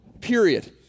period